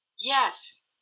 Yes